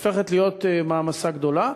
הופכת להיות מעמסה גדולה.